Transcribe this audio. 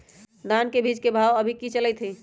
धान के बीज के भाव अभी की चलतई हई?